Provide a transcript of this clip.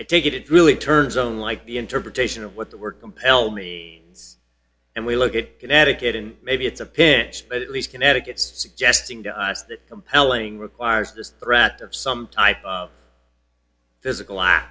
i take it it really turns on like the interpretation of what the word compel me and we look at connecticut and maybe it's a pinch but at least connecticut suggesting to us that compelling requires the threat of some type of physical